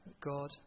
God